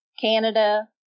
Canada